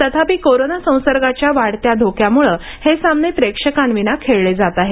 तथापि कोरोना संसर्गाच्या वाढत्या धोक्यामुळे हे सामने प्रेक्षकांविना खेळले जात आहेत